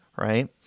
right